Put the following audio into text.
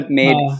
made